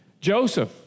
Joseph